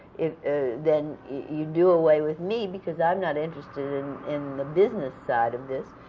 then you do away with me, because i'm not interested in in the business side of this,